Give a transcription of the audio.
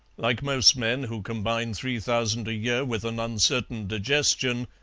like most men who combine three thousand a year with an uncertain digestion,